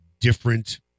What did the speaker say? different